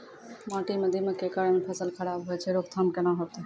माटी म दीमक के कारण फसल खराब होय छै, रोकथाम केना होतै?